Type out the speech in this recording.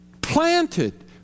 planted